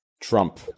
Trump